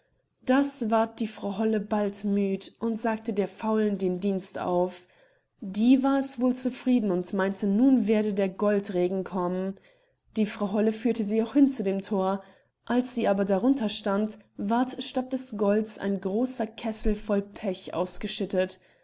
das ward die frau holle bald müd und sagte der faulen den dienst auf die war es wohl zufrieden und meinte nun werde der goldregen kommen die frau holle führte sie auch hin zu dem thor als sie aber darunter stand ward statt des golds ein großer kessel voll pech ausgeschüttet